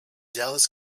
dallas